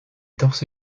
torse